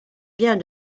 bien